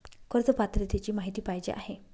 कर्ज पात्रतेची माहिती पाहिजे आहे?